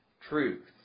truth